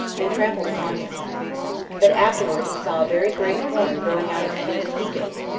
and trampled upon him that afterward he saw a very great horn growing out of the head of the he goat,